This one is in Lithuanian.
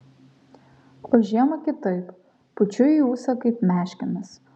o žiemą kitaip pučiu į ūsą kaip meškinas